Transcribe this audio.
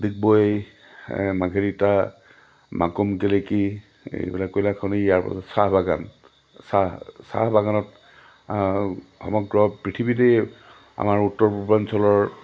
ডিগবৈ মাৰ্ঘেৰিটা মাকুম গেলেকী এইবিলাক কয়লা খনি ইয়াৰ পাছত চাহ বাগান চাহ চাহ বাগানত সমগ্ৰ পৃথিৱীতেই আমাৰ উত্তৰ পূৰ্বাঞ্চলৰ